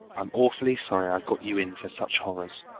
i'm awfully sorry i got you in for such horrors.